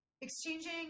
exchanging